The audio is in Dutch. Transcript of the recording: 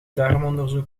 darmonderzoek